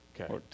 Okay